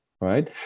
right